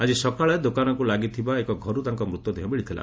ଆକି ସକାଳେ ଦୋକାନରୁ ଲାଗି ଥିବା ଏକ ଘରୁ ତାଙ୍କ ମୃତଦେହ ମିଳିଥିଲା